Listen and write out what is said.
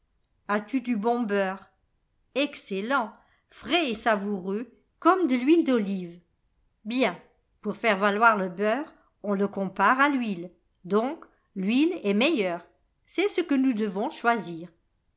as-tu de bon beurre excellent frais et savoureux comme de riiuile d'olive bien pour faire valoir le beurre on le compare à l'huile donc l'huile est meilleure c'est ce que nous devons choisir